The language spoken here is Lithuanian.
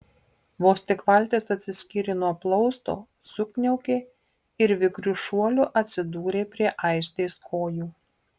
vos tik valtis atsiskyrė nuo plausto sukniaukė ir vikriu šuoliu atsidūrė prie aistės kojų